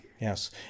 Yes